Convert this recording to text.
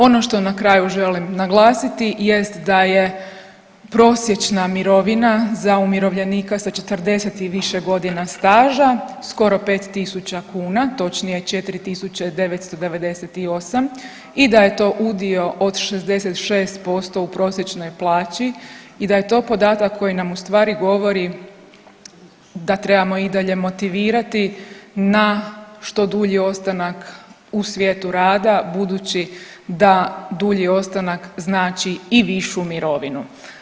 Ono što na kraju želim naglasiti jest da je prosječna mirovina za umirovljenika sa 40 i više godina staža skoro 5 tisuća kuna, točnije, 4998 i da je to udio od 66% u prosječnoj plaći i da je to podatak koji nam ustvari govori da trebamo i dalje motivirati na što dulji ostanak u svijetu rada budući da dulji ostanak znači i višu mirovinu.